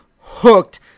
hooked